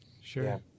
Sure